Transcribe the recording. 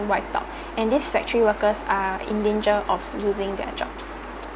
wiped out and these factory workers are in danger of losing their jobs